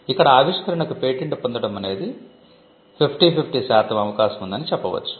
ఇక్కడ ఆవిష్కరణకు పేటెంట్ పొందడమనేది 50 50 శాతం అవకాశం ఉందని చెప్పవచ్చు